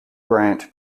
grant